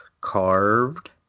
Carved